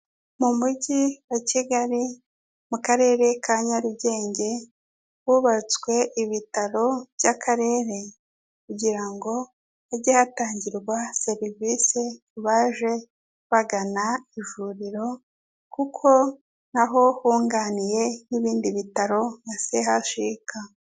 Mu mujyi wa Kigali, mu karere ka Nyarugenge, hubatswe ibitaro by'akarere kugira ngo hajye hatangirwa serivisi ku baje bagana ivuriro, kuko naho hunganiye n'ibindi bitaro nka CHUK.